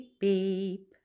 beep